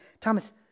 Thomas